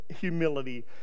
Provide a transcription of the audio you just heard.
Humility